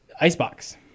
Icebox